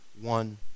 one